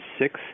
six